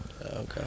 Okay